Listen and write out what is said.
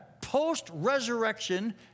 post-resurrection